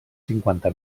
cinquanta